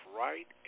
right